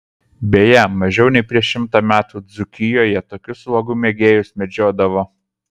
beje mažiau nei prieš šimtą metų dzūkijoje tokius uogų mėgėjus medžiodavo